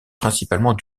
principalement